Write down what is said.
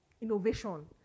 innovation